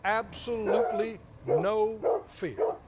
absolutely no fear.